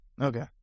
Okay